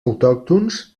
autòctons